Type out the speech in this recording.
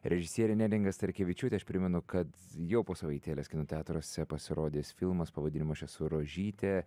režisierė neringa starkevičiūtė aš primenu kad jau po savaitėlės kino teatruose pasirodys filmas pavadinimu aš esu rožytė